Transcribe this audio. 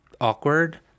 awkward